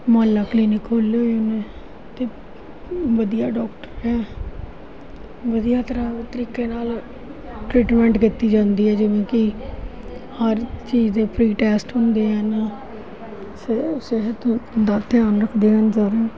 ਮੁਹੱਲਾ clinic ਖੋਲ੍ਹੇ ਹੋਏ ਨੇ ਅਤੇ ਵਧੀਆ ਡਾਕਟਰ ਹੈ ਵਧੀਆ ਤਰ੍ਹਾਂ ਤਰੀਕੇ ਨਾਲ ਟਰੀਟਮੈਂਟ ਦਿੱਤੀ ਜਾਂਦੀ ਹੈ ਜਿਵੇਂ ਕਿ ਹਰ ਚੀਜ਼ ਦੇ ਫਰੀ ਟੈਸਟ ਹੁੰਦੇ ਹਨ ਸਿਹ ਸਿਹਤ ਦਾ ਧਿਆਨ ਰੱਖਦੇ ਹਨ ਸਾਰੇ